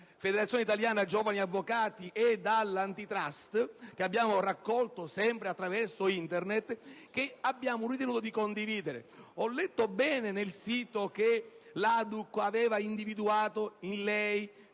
Federazione italiana giovani avvocati e dall'*Antitrust*, che abbiamo raccolto, sempre attraverso Internet, e che abbiamo ritenuto di condividere. Ho letto bene sul sito che l'ADUC aveva individuato in lei,